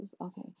okay